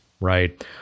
right